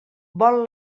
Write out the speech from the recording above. vol